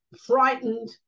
frightened